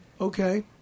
Okay